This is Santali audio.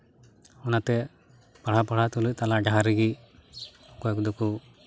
ᱚᱱᱟᱛᱮ ᱯᱟᱲᱦᱟᱣ ᱯᱟᱲᱦᱟᱣ ᱛᱩᱞᱩᱡ ᱛᱟᱞᱟ ᱰᱟᱦᱟᱨ ᱨᱮᱜᱮ ᱠᱚᱭᱮᱠ ᱫᱚᱠᱚ